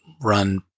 run